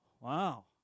Wow